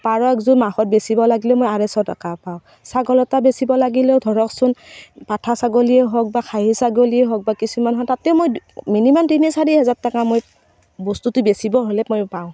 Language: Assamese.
পাৰ একযোৰ মাহত বেচিব লাগিলেও মই আঢ়ৈশ টকা পাওঁ ছাগল এটা বেচিব লাগিলেও ধৰকচোন পাঠা ছাগলীয়েই হওক বা খাহী ছাগলীয়েই হওক বা কিছুমান হয় তাতে মই মিনিমান তিনি চাৰি হেজাৰ টকা মই বস্তুটো বেচিব হ'লে মই পাওঁ